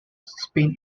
spain